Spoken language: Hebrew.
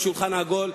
בשולחן עגול,